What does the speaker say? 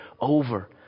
over